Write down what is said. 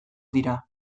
dira